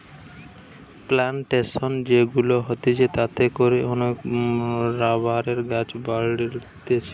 plantation যে গুলা হতিছে তাতে করে অনেক রাবারের গাছ বাড়তিছে